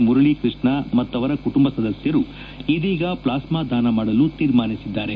ಮುರಳಿ ಕೃಷ್ಣ ಮತ್ತವರ ಕುಟುಂಬ ಸದಸ್ಯರು ಇದೀಗ ಪ್ಲಾಸ್ಡಾ ದಾನ ಮಾಡಲು ತೀರ್ಮಾನಿಸಿದ್ದಾರೆ